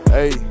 Hey